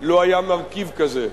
לו היה מרכיב כזה.